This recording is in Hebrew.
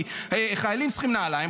כי חיילים צריכים נעליים,